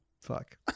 Fuck